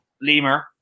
Lemur